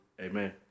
Amen